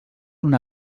una